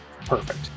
Perfect